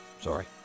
Sorry